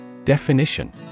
Definition